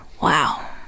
Wow